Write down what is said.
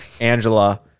Angela